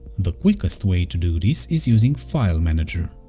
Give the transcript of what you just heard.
the quickest way to do this is using file manager.